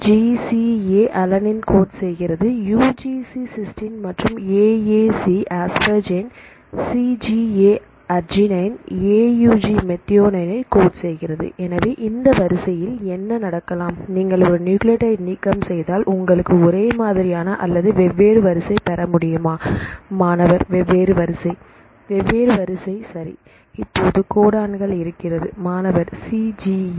G C A alanine code செய்கிறது UGC cysteine மற்றும் A A C asparagine C G A arginine A U G methionine code செய்கிறது எனவே இந்த வரிசையில் என்ன நடக்கலாம் நீங்கள் நியூக்ளியோடைடு நீக்கம் செய்தால் உங்களுக்கு ஒரே மாதிரியான அல்லது வெவ்வேறு வரிசை பெறமுடியுமா மாணவர் வெவ்வேறு வரிசை வெவ்வேறுவரிசை சரி இப்போது கோடான்கள் இருக்கிறது மாணவர் சி ஜி யு